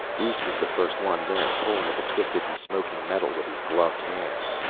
rhes was the first one there, pulling at the twisted and smoking metal with his gloved hands.